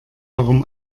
warum